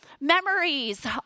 Memories